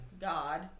god